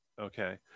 okay